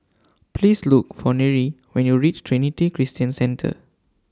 Please Look For Nery when YOU REACH Trinity Christian Center